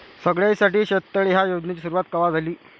सगळ्याइसाठी शेततळे ह्या योजनेची सुरुवात कवा झाली?